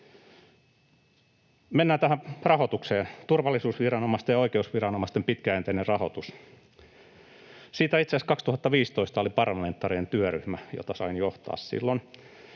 Mennään tähän rahoitukseen, turvallisuusviranomaisten ja oikeusviranomaisten pitkäjänteiseen rahoitukseen. Siitä itse asiassa 2015 oli parlamentaarinen työryhmä, jota sain silloin